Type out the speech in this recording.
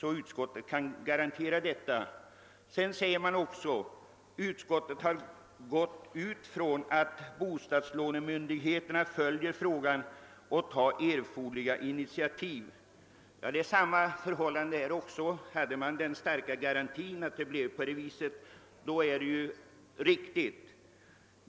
Utskottet uttalar vidare följande: »Utskottet har gått ut från att bostadslånemyndigheterna föl jer frågan och tar erforderliga initiatv.» Det är samma förhållande på denna punkt. Hade man en garanti för att det är som utskottet skriver, skulle uttalandet vara i sin ordning.